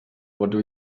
what